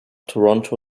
toronto